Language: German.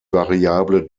variable